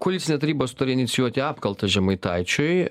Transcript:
koalicinė taryba sutarė inicijuoti apkaltą žemaitaičiui